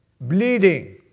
bleeding